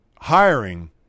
hiring